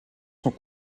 sont